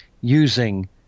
using